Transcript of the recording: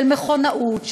של מכונאות,